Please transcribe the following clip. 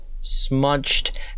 smudged